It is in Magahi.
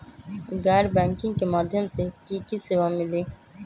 गैर बैंकिंग के माध्यम से की की सेवा मिली?